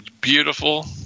beautiful